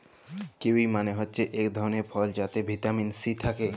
kiwi মালে হছে ইক ধরলের ফল যাতে ভিটামিল সি থ্যাকে